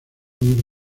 muy